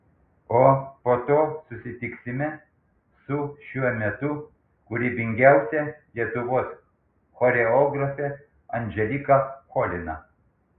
o po to susitiksime su šiuo metu kūrybingiausia lietuvos choreografe andželika cholina